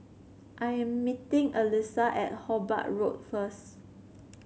I am meeting Elyssa at Hobart Road first